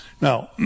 Now